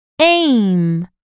Aim